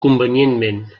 convenientment